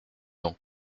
donc